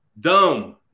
dumb